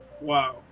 wow